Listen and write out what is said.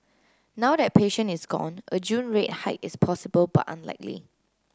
now that patient is gone a June rate hike is possible but unlikely